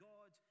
God